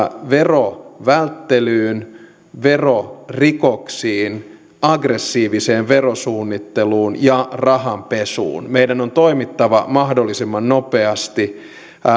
verovälttelyyn verorikoksiin aggressiiviseen verosuunnitteluun ja rahanpesuun meidän on toimittava mahdollisimman nopeasti